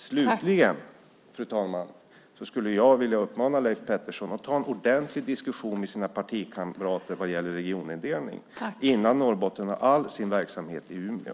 Slutligen, fru talman, vill jag uppmana Leif Pettersson att ta en ordentlig diskussion med sina partikamrater när det gäller regionindelning innan Norrbotten har all sin verksamhet i Umeå.